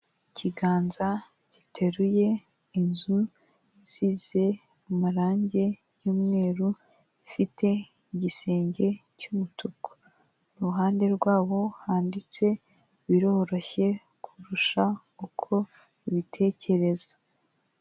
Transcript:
Ikiganza giteruye inzu isize amarange y'umweru, ifite igisenge cy'umutu, ku ruhande rwabo handitse "biroroshye kurusha uko ubitekereza."